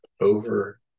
over